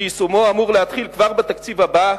שיישומו אמור להתחיל כבר בתקציב הבא,